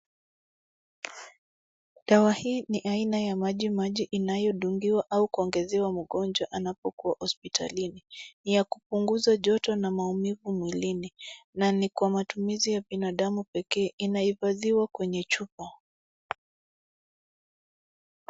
Dawa hii ni aina ya majimaji inayodungiwa au kuongezewa mgonjwa anapokuwa hospitalini. Ni ya kupunguza joto na maumivu mwilini, na ni kwa matumizi ya binadamu pekee. Inahifadhiwa kwenye chupa.